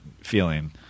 feeling